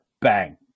Bang